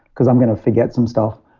because i'm going to forget some stuff.